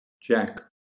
Jack